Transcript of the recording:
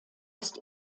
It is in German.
ist